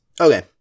Okay